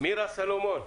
מירה סלומון.